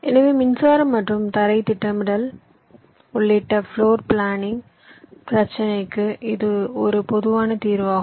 எனவே மின்சாரம் மற்றும் தரை திட்டமிடல் உள்ளிட்ட பிளோர் பிளானிங் பிரச்சினைக்கு இது ஒரு பொதுவான தீர்வாகும்